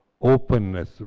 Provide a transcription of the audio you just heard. openness